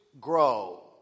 grow